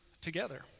together